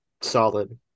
solid